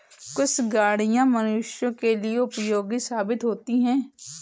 कुछ गाड़ियां मनुष्यों के लिए उपयोगी साबित होती हैं